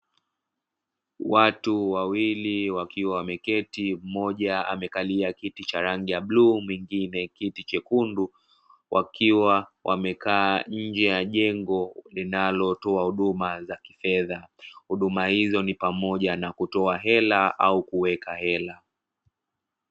Watu wawili wakiwa wameketi mmoja akiwa amekalia kiti cha rangi ya bluu mwingine kiti chekundu wakiwa wamekaa nje ya jengo, linalo toa huduma za kifedha huduma hizo ni pamoja na kutoa hela au kuweka hela.